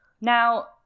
Now